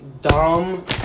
dumb